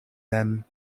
them